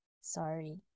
Sorry